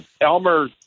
Elmer